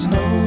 no